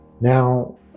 now